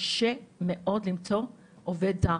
קשה מאוד למצוא עובד זר.